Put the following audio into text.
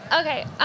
Okay